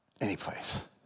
anyplace